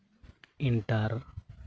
inter